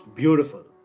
beautiful